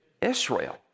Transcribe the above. Israel